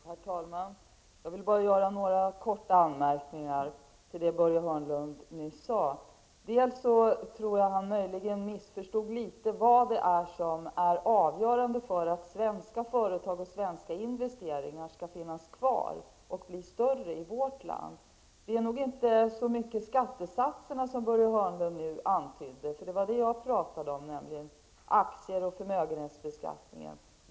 Herr talman! Jag vill bara göra några anmärkningar till det Börje Hörnlund nyss sade. Jag tror att han missförstod det jag sade om vad som är avgörande för att svenska företag och svenska investeringar skall finnas kvar och bli större i vårt land. Det är inte så mycket skattesatserna, som Börje Hörnlund nu antydde. Jag pratade om aktie och förmögenhetsbeskattningen.